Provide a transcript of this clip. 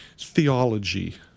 theology